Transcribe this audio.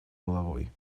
головой